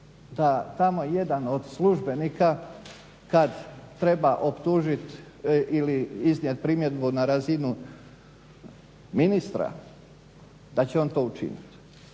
da tamo jedan od službenika kad treba optužiti ili iznijeti primjedbu na razinu ministra da će on to učiniti,